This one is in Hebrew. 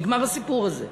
נגמר הסיפור הזה.